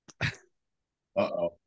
uh-oh